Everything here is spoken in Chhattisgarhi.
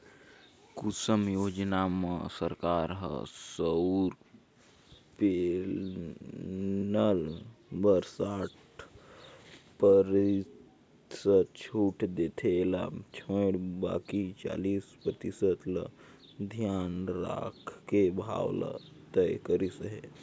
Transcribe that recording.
कुसुम योजना म सरकार ह सउर पेनल बर साठ परतिसत छूट देथे एला छोयड़ बाकि चालीस परतिसत ल धियान राखके भाव ल तय करिस हे